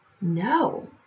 no